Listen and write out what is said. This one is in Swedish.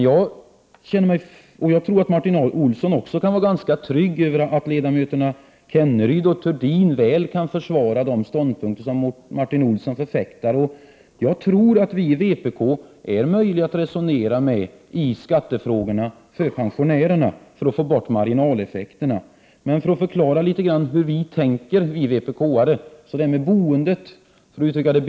Jag tror att Martin Olsson kan känna sig ganska trygg och att ledamöterna Kenneryd och Thurdin väl kan försvara de ståndpunkter som Martin Olsson förfäktar. Jag tror att vi i vpk är möjliga att resonera medi frågor som gäller skatten för pensionärerna så att man får bort marginaleffekterna. Jag vill förklara litet grand hur vi i vpk resonerar när det gäller boendet.